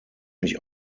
mich